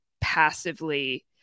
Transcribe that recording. passively